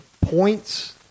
points